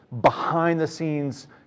behind-the-scenes